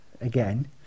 again